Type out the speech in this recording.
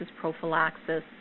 prophylaxis